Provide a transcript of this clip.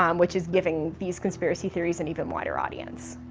um which is giving these conspiracy theories an even wider audience.